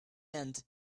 end